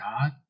God